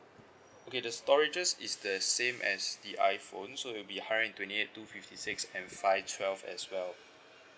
okay the storages is the same as the iphone so it'll be hundred and twenty eight two fifty six and five twelve as well